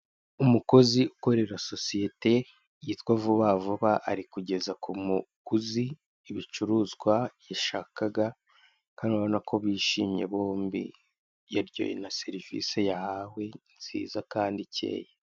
Umukozi ukorera sosiyete yitwa vuba vuba, ari kugeza ku muguzi ibicuruzwa yashakaga kandi urabonako bishimye bombi , yaryohewe na serivise yahawe nziza kandi ikeye.